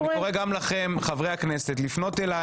אני קורא גם לכם חברי הכנסת לפנות אלי